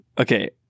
Okay